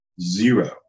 Zero